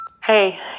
Hey